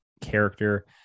character